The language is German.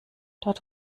dort